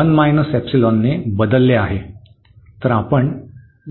1 ϵ ने बदलले आहे